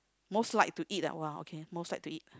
most like to eat ah !wah! okay most like to eat